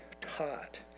taught